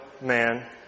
man